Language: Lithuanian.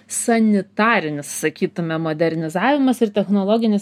sanitarinis sakytume modernizavimas ir technologinis